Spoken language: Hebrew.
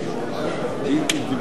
ככל